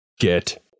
Get